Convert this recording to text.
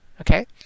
okay